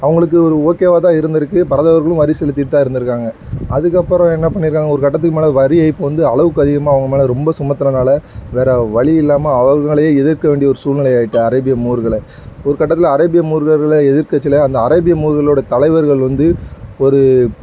அவங்களுக்கு ஒரு ஓகேவாக தான் இருந்துருக்கு பரதவர்களும் வரி செலுத்திகிட்டு தான் இருந்துருக்காங்க அதுக்கப்புறம் என்ன பண்ணியிருக்காங்க ஒரு கட்டத்துக்கு மேலே வரி ஏய்ப்பு வந்து அளவுக்கதிகமாக அவங்க மேலே ரொம்ப சுமத்துறனால வேறு வழி இல்லாமல் அவங்களை எதிர்க்க வேண்டிய ஒரு சூழ்நில ஆகிட்டு அரேபிய மூருகளை ஒரு கட்டத்தில் அரேபிய மூருகளை எதிர்க்கட்சியில் அந்த அரேபிய மூருகளோடய தலைவர்கள் வந்து ஒரு